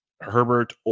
Herbert